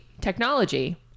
technology